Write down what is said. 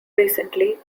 recently